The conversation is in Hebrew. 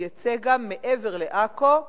הוא יצא גם מעבר לעכו,